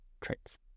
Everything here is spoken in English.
traits